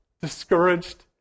discouraged